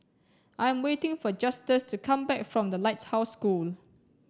I'm waiting for Justus to come back from The Lighthouse School